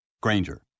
Granger